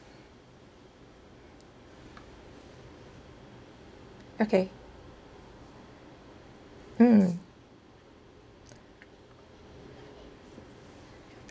okay mm